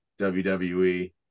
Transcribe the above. WWE